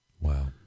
Wow